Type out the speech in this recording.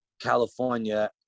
California